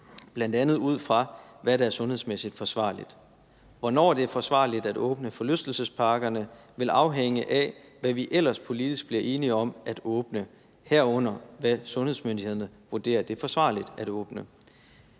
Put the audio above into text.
fase, bl.a. ud fra hvad der er sundhedsmæssigt forsvarligt. Hvornår det er forsvarligt at åbne forlystelsesparkerne, vil afhænge af, hvad vi ellers politisk bliver enige om at åbne, herunder hvad sundhedsmyndighederne vurderer er forsvarligt at åbne.